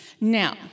Now